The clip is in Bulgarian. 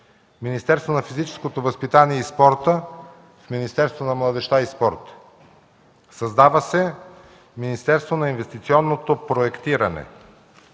Министерство на физическото възпитание и спорта – в Министерство на младежта и спорта. Създава се Министерство на инвестиционното проектиране.